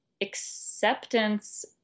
acceptance